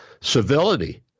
civility